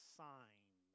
sign